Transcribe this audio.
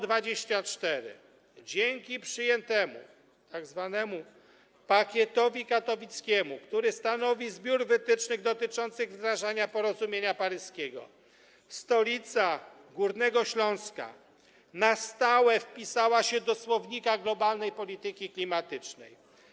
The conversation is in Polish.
Dzięki przyjętemu tzw. Pakietowi Katowickiemu, który stanowi zbiór wytycznych dotyczących wdrażania porozumienia paryskiego, stolica Górnego Śląska na stałe wpisała się do słownika globalnej polityki klimatycznej.